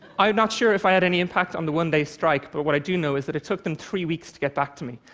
i'm not sure if i had any impact on the one-day strike, but what i do know is that it took them three weeks to get back to me.